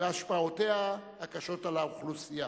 והשפעותיה הקשות על האוכלוסייה.